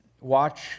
watch